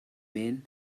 men